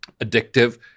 addictive